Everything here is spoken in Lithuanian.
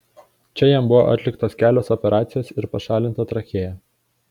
čia jam buvo atliktos kelios operacijos ir pašalinta trachėja